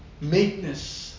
Meekness